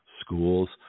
Schools